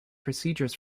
procedures